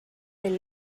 del